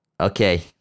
Okay